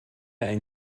ein